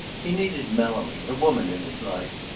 he needed mellowing, a woman in his life.